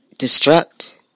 destruct